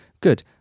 Good